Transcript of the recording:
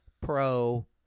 pro